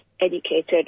educated